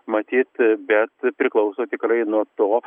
matyt bet priklauso tikrai nuo to